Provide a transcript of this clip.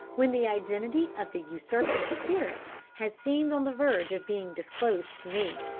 when the identity of the usurping spirit has seemed on the verge of being disclosed to me,